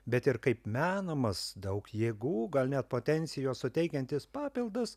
bet ir kaip menamas daug jėgų gal net potencijos suteikiantis papildas